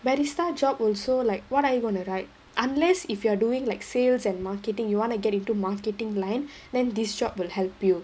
barista job also like what are you gonna write unless if you're doing like sales and marketing you want to get into marketing line then this job will help you